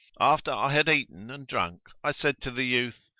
after i had eaten and drunk i said to the youth,